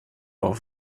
auf